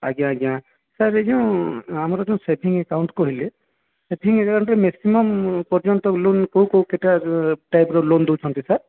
ଆଜ୍ଞା ଆଜ୍ଞା ସାର୍ ଏ ଯୋଉ ଆମର ଯୋଉ ସେଭିଙ୍ଗ୍ ଆକାଉଣ୍ଟ୍ କହିଲେ ସେଭିଙ୍ଗ୍ ଆକାଉଣ୍ଟ୍ ରେ ମ୍ୟାକ୍ସିମମ୍ ପର୍ଯ୍ୟନ୍ତ ଲୋନ୍ କୋଉ କୋଉ କେତେ ଟାଇପ୍ ର ଲୋନ୍ ଦେଉଛନ୍ତି ସାର୍